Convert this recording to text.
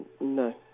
No